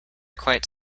quite